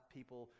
People